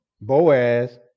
Boaz